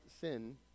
sin